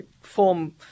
form